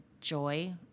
joy